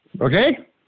Okay